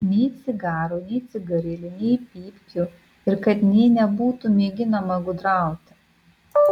nei cigarų nei cigarilių nei pypkių ir kad nė nebūtų mėginama gudrauti